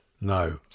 No